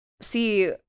see